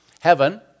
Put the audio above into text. Heaven